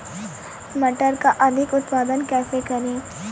मटर का अधिक उत्पादन कैसे करें?